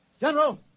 General